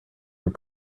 your